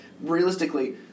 realistically